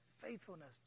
faithfulness